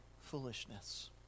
foolishness